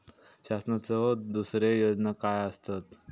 शासनाचो दुसरे योजना काय आसतत?